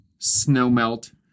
snowmelt